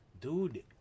Dude